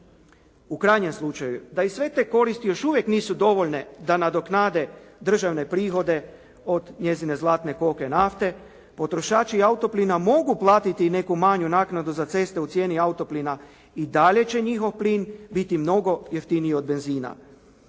U krajnjem slučaju da i sve te koristi još uvijek nisu dovoljne da nadoknade državne prihode od njezine zlatne …/Govornik se ne razumije./… nafte, potrošači autoplina mogu platiti i neku manju naknadu za ceste u cijeni autoplina i dalje će njihov plin biti mnogo jeftiniji od benzina.